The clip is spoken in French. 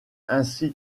ainsi